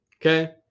okay